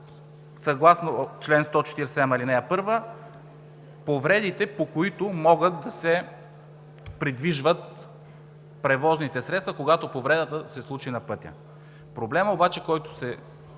съгласно чл. 147, ал. 1 – повредите, с които могат да се придвижват превозните средства, когато повредата се случи на пътя. Проблемът, който се